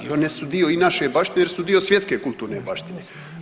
I one su dio i naše baštine, jer su dio svjetske kulturne baštine.